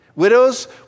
Widows